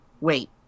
wait